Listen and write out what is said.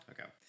okay